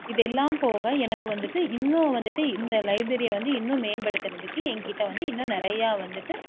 இது எல்லாம் போக எனக்கு வந்துகிட்டு இன்னும் வந்துகிட்டு இந்த லைப்ரரியை வந்து இன்னும் மேம்படுத்துறதுக்கு என்கிட்ட வந்து இன்னும் நிறையா வந்துகிட்டு